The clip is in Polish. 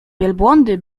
wielbłądy